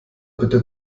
bitte